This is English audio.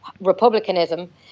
republicanism